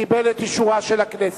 קיבלה את אישורה של הכנסת.